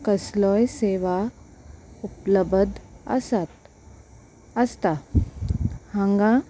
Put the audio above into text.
कसलोय सेवा उपलब्ध आसात आसता हांगा